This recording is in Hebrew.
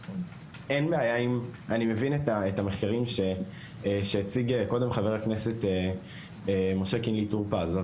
אני מבין את המחקרים שהציג קודם חבר הכנסת משה קינלי טור פז.